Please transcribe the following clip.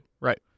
Right